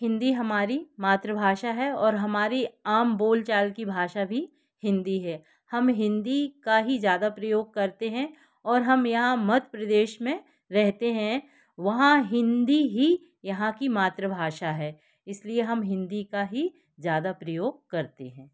हिंदी हमारी मातृभाषा है और हमारी आम बोलचाल की भाषा भी हिंदी है हम हिंदी का ही ज़्यादा प्रयोग करते हैं और हम यहाँ मध्य प्रदेश में रहते हैं वहाँ हिंदी ही यहाँ की मातृभाषा है इसलिए हम हिंदी का ही ज़्यादा प्रयोग करते हैं